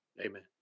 Amen